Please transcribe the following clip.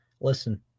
listen